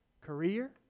career